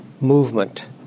movement